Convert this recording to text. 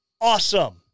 awesome